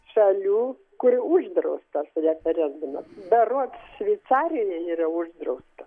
šalių kur uždraustas referendumas berods šveicarijoj yra uždrausta